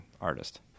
artist